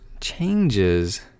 changes